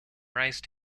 rice